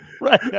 Right